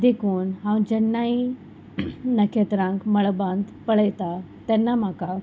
देखून हांव जेन्नाय नखेत्रांक मळबांत पळयता तेन्ना म्हाका